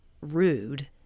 rude